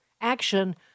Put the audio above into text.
action